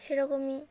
সেরকমই